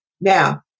Now